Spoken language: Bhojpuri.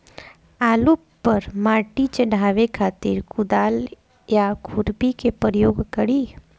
आलू पर माटी चढ़ावे खातिर कुदाल या खुरपी के प्रयोग करी?